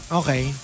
okay